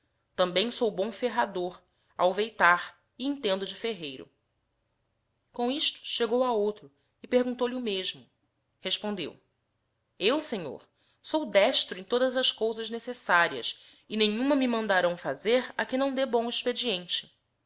também sou bom ferrador alveitar e entendo de ferreiro com isto chegou a outro e perguntou-lhe o mesmo respondeo eu senhor sou destro em todas as cousas necessárias e nenhuma me mandarão fazer a que lião d bom expediente